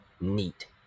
neat